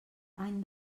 any